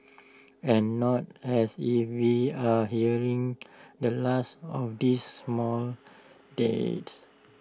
and not as if we are hearing the last of these mall deaths